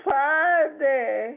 Friday